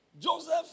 Joseph